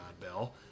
Bell